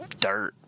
dirt